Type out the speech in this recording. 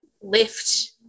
lift